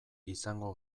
izango